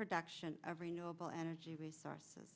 production every noble energy resources